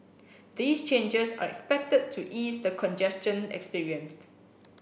these changes are expected to ease the congestion experienced